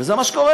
וזה מה שקורה.